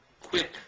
quick